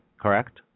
correct